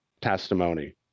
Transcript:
testimony